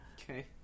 Okay